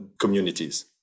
communities